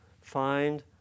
find